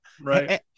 Right